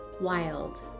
wild